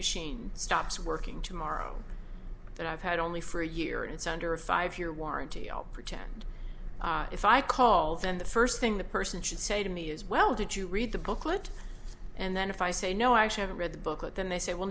machine stops working tomorrow that i've had only for a year and it's under a five year warranty i'll pretend if i call then the first thing the person should say to me is well did you read the booklet and then if i say no i haven't read the booklet then they say well